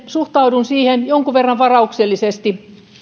suhtaudun jonkun verran varauksellisesti